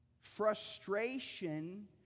Frustration